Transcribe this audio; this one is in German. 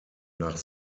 nach